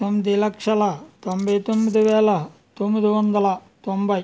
తొమ్మిది లక్షల తొంభై తొమ్మిది వేల తొమ్మిది వందల తొంభై